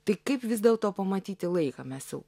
tai kaip vis dėlto pamatyti laiką mes jau